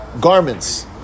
garments